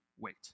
Wait